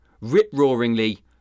rip-roaringly